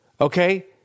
Okay